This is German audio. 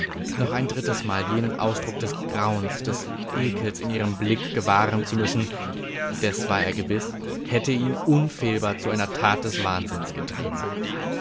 noch ein drittes mal jenen ausdruck des grauens des ekels in ihrem blick gewahren zu müssen des war er gewiß hätte ihn unfehlbar zu einer tat des wahnsinns getrieben